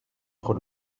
trop